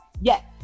yes